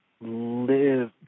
live